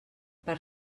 per